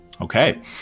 Okay